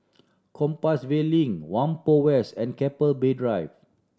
Compassvale Link Whampoa West and Keppel Bay Drive